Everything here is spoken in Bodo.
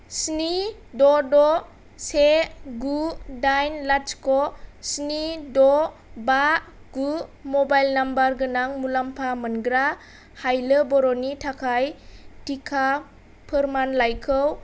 स्नि द' द' से गु दाइन लाथिख' स्नि द' बा गु मबाइल नाम्बार गोनां मुलाम्फा मोनग्रा हायलो बर'नि थाखाय टिका फोरमानलाइखौ